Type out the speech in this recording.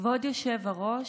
כבוד היושב-ראש,